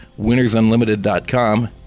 winnersunlimited.com